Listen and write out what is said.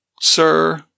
sir